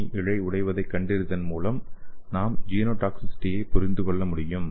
ஏ இழை உடைவதை கண்டறிவதன் மூலம் நாம் ஜீனோடாக்சிசிட்டியை புரிந்து கொள்ள முடியும்